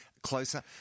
Closer